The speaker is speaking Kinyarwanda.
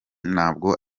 nabwo